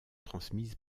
transmise